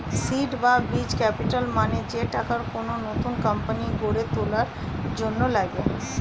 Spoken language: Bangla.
সীড বা বীজ ক্যাপিটাল মানে যে টাকা কোন নতুন কোম্পানি গড়ে তোলার জন্য লাগে